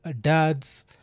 dads